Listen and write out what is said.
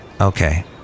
Okay